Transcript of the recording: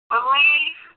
Believe